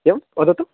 एवं वदतु